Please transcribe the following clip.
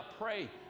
pray